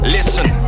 Listen